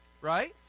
right